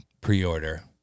pre-order